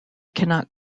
cannot